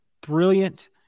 brilliant